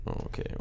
Okay